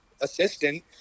assistant